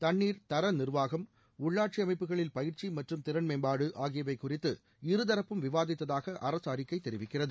தண்ணீர் தர நிர்வாகம் உள்ளாட்சி அமைப்புகளில் பயிற்சி மற்றும் திறன்மேம்பாடு ஆகியவை குறித்து இருணப்பும் விவாதித்ததாக அரசு அறிக்கை தெரிவிக்கிறது